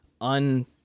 un